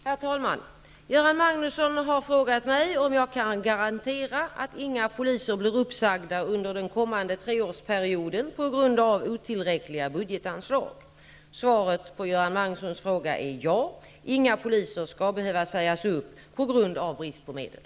Herr talman! Göran Magnusson har frågat mig om jag kan garantera att inga poliser blir uppsagda under den kommande treårsperioden på grund av otillräckliga budgetanslag. Svaret på Göran Magnussons fråga är ja. Inga poliser skall behöva sägas upp på grund av brist på medel.